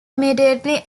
immediately